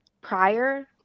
prior